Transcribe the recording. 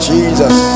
Jesus